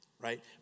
right